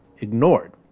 ignored